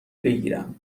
بگیرم